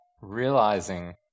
realizing